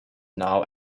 now